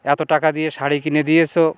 এতো টাকা দিয়ে শাড়ি কিনে দিয়েসো